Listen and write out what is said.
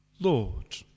Lord